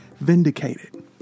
vindicated